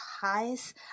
highs